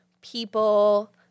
people